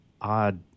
odd